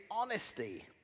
honesty